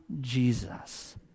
Jesus